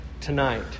tonight